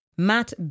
Matt